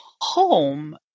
home